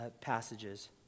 Passages